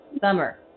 summer